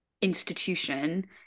institution